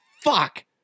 fuck